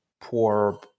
poor